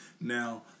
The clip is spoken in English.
Now